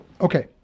Okay